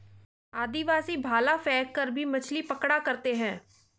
आदिवासी भाला फैंक कर भी मछली पकड़ा करते थे